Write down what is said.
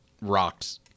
rocked